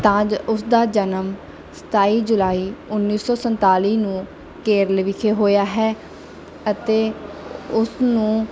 ਤਾਂ ਜੋ ਉਸਦਾ ਜਨਮ ਸਤਾਈ ਜੁਲਾਈ ਉੱਨੀ ਸੌ ਸੰਤਾਲੀ ਨੂੰ ਕੇਰਲ ਵਿਖੇ ਹੋਇਆ ਹੈ ਅਤੇ ਉਸ ਨੂੰ